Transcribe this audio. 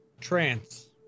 trance